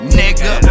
nigga